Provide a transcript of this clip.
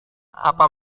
apa